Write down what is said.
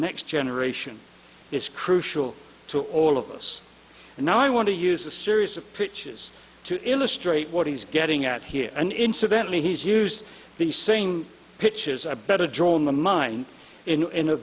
next generation is crucial to all of us and now i want to use a series of pitches to illustrate what he's getting at here and incidentally he's used the same pitch is a better draw in the mind in